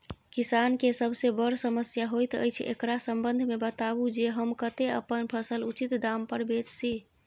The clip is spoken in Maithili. किसान के सबसे बर समस्या होयत अछि, एकरा संबंध मे बताबू जे हम कत्ते अपन फसल उचित दाम पर बेच सी?